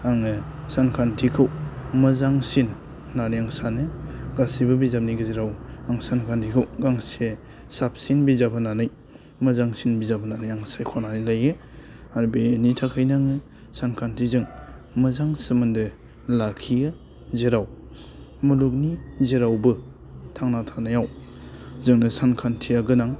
आङो सानखान्थिखौ मोजांसिन होननानै आं सानो गासिबो बिजाबनि गेजेराव आं सानखान्थिखौ गांसे साबसिन बिजाब होननानै मोजांसिन बिजाब होननानै आं सायख'नानै लायो आर बेनि थाखायनो आङो सानखान्थिजों मोजां सोमोन्दो लाखियो जेराव मुलुगनि जेरावबो थांना थानायाव जोंनो सानखान्थिया गोनां